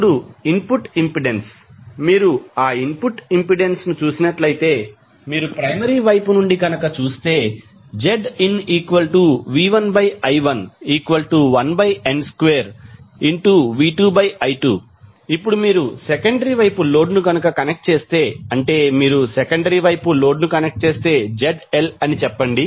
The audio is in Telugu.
ఇప్పుడు ఇన్పుట్ ఇంపెడెన్స్ మీరు ఆ ఇన్పుట్ ఇంపెడెన్స్ ను చూసినట్లయితే మీరు ప్రైమరీ వైపు నుండి కనుక చూస్తే ZinV1I11n2V2I2 ఇప్పుడు మీరు సెకండరీ వైపు లోడ్ ను కనుక కనెక్ట్ చేస్తే అంటే మీరు సెకండరీ వైపు లోడ్ను కనెక్ట్ చేస్తే ZL అని చెప్పండి